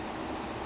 mm